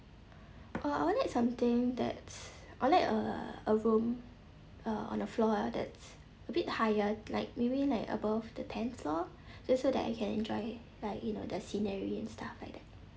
uh I would like something that's I would like uh a room uh on the floor that's a bit higher like maybe like above the tenth floor just so that I can enjoy like you know the scenery and stuff like that